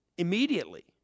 Immediately